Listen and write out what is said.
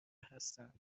هستند